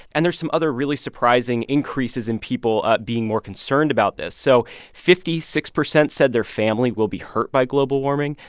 and there's some other really surprising increases in people being more concerned about this. so fifty six percent said their family will be hurt by global warming.